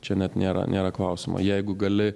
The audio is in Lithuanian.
čia net nėra nėra klausimo jeigu gali